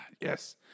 Yes